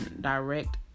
direct